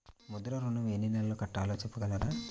ముద్ర ఋణం ఎన్ని నెలల్లో కట్టలో చెప్పగలరా?